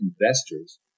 investors